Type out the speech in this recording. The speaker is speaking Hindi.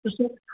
तो सर